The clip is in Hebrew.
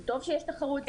זה טוב שיש תחרות.